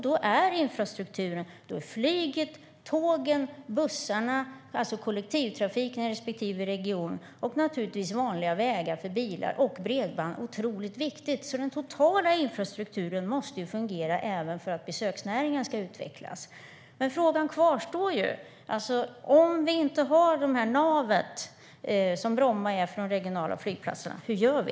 Då är infrastrukturen - flyget, tågen, bussarna, kollektivtrafiken i respektive region, bredband och naturligtvis även vanliga vägar för bilar - otroligt viktig. Den totala infrastrukturen måste fungera även för att besöksnäringen ska utvecklas. Om inte navet finns kvar, som Bromma är för de regionala flygplatserna, hur gör vi?